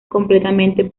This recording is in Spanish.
completamente